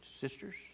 sisters